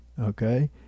okay